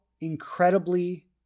incredibly